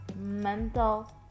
mental